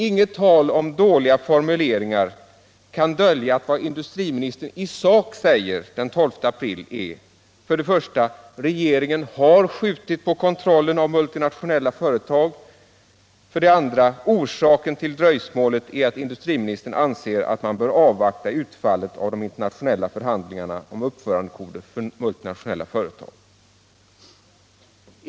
Inget tal om dåliga formuleringar kan dölja att vad industriministern i sak säger den 12 april är: 1) Regeringen har skjutit på kontrollen av multinationella företag. 2) Orsaken till dröjsmålet är att industriministern anser att man bör avvakta utfallet av de internationella förhandlingarna om uppförandekoden för multinationella företag.